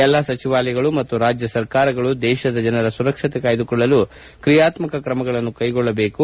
ಎಲ್ಲಾ ಸಚಿವಾಲಯಗಳು ಮತ್ತು ರಾಜ್ಯ ಸರ್ಕಾರಗಳು ದೇಶದ ಜನರ ಸುರಕ್ಷತೆ ಕಾಯ್ದುಕೊಳ್ಳಲು ಕ್ರಿಯಾತ್ತಕ ಕ್ರಮಗಳನ್ನು ಕೈಗೊಳ್ಳಲಾಗಿದೆ